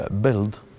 build